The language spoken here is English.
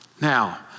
Now